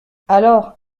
alors